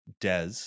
Des